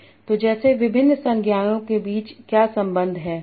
तो जैसे विभिन्न संज्ञाओं के बीच क्या संबंध हैं